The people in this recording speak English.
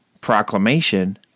proclamation